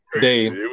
Dave